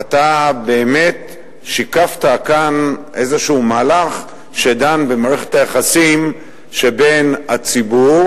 ואתה באמת שיקפת כאן איזה מהלך שדן במערכת היחסים שבין הציבור